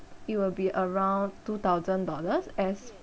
it will be around two thousand dollars as